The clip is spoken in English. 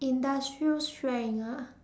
industrial strength ah